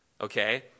Okay